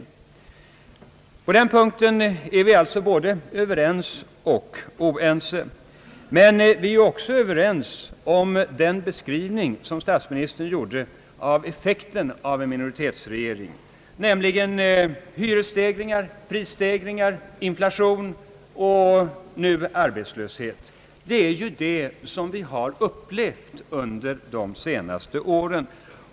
På den punkten är vi alltså både överens och oense. Men vi är också överens om den beskrivning som statsministern gjorde av effekten av en socialdemokratisk minoritetsregering, nämligen hyresstegringar, prisstegringar, inflation och nu arbetslöshet. Det är ju det som vi har upplevt under de senaste åren.